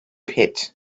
pit